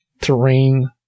terrain